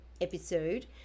episode